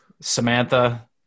Samantha